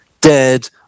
dead